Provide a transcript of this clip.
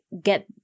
get